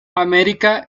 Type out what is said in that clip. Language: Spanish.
america